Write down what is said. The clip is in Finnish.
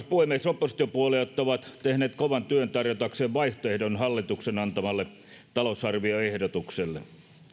puhemies oppositiopuolueet ovat tehneet kovan työn tarjotakseen vaihtoehdon hallituksen antamalle talousarvioehdotukselle